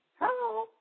Hello